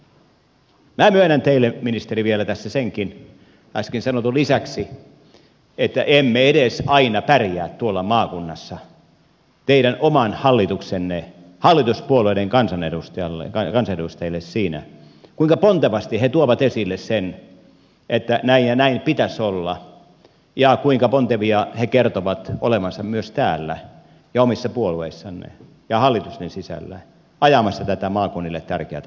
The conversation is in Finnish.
minä myönnän teille ministeri vielä tässä senkin äsken sanotun lisäksi että emme edes aina pärjää tuolla maakunnassa teidän oman hallituksenne hallituspuolueiden kansanedustajille siinä kuinka pontevasti he tuovat esille sen että näin ja näin pitäisi olla ja kuinka pontevia he kertovat olevansa myös täällä ja omissa puolueissanne ja hallituksen sisällä ajamassa tätä maakunnille tärkeätä asiaa